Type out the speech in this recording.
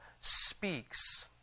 speaks